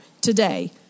today